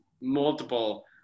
multiple